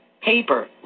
paper